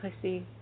pussy